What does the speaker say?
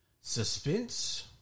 suspense